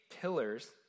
pillars